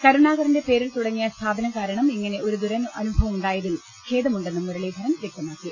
കരുണാകരന്റെ പേരിൽ തുടങ്ങിയ സ്ഥാപനം കാരണം ഇങ്ങനെ ഒരു ദുരനുഭവം ഉണ്ടായതിൽ ഖേദ മുണ്ടെന്നും മുരളീധരൻ വ്യക്തമാക്കി